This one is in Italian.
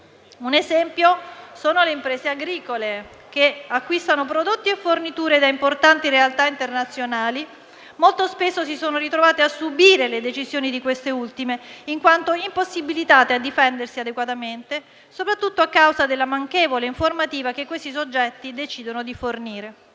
Un esempio sono le imprese agricole, che acquistano prodotti e forniture da importanti realtà internazionali e che molto spesso si sono ritrovate a subire le decisioni di queste ultime, in quanto impossibilitate a difendersi adeguatamente, soprattutto a causa della manchevole informativa che questi soggetti decidono di fornire.